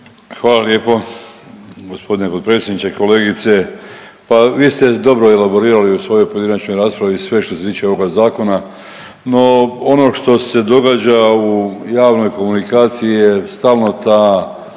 Hvala lijepo g. potpredsjedniče. Kolegice, pa vi ste dobro elaborirali u svojoj pojedinačnoj raspravi sve što se tiče ovoga Zakona, no ono što se događa u javnoj komunikaciji je stalno ta